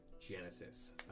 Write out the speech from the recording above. Genesis